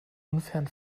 unfairen